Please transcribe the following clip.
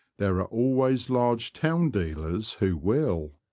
there are always large town dealers who will.